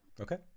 Okay